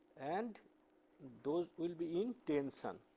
and those will be in tension.